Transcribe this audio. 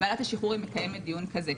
ועדת השחרורים מקיימת דיון כזה.